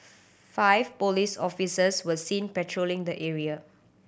five police officers were seen patrolling the area